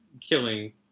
killing